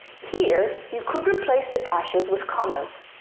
here, you could replace the dashes with commas.